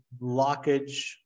blockage